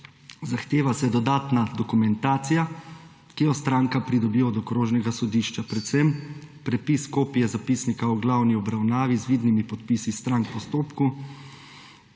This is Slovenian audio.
Zahteva se dodatna dokumentacija, ki jo stranka pridobi od okrožnega sodišča, predvsem prepis kopije zapisnika v glavni obravnavi z vidnimi podpisi strank v postopku,